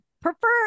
prefer